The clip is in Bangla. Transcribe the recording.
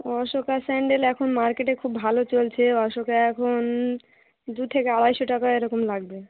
অশোকা স্যান্ডেল এখন মার্কেটে খুব ভালো চলছে অশোকা এখন দু থেকে আড়াইশো টাকা এরকম লাগবে